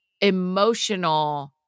emotional